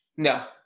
No